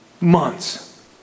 Months